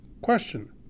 Question